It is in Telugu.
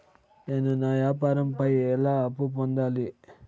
నేను నా వ్యాపారం పై ఎలా అప్పు పొందాలి?